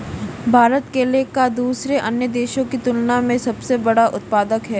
भारत केले का दूसरे अन्य देशों की तुलना में सबसे बड़ा उत्पादक है